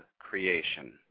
creation